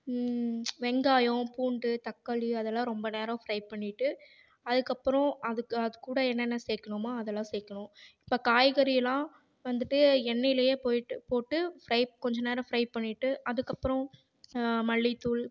வெங்காயம் பூண்டு தக்காளி அதெல்லாம் ரொம்ப நேரம் ஃப்ரை பண்ணிவிட்டு அதுக்கப்புறோம் அதுக்கு அதுகூட என்னென்ன சேர்கணுமோ அதெல்லாம் சேர்கணும் இப்போ காய்கறி எல்லாம் வந்துவிட்டு எண்ணெயில் போய்ட்டு போட்டு ஃப்ரை கொஞ்சம் நேரம் ஃப்ரை பண்ணிவிட்டு அதுக்கப்புறோம் மல்லித்தூள்